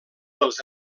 dels